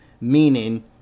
Meaning